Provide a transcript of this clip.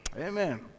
Amen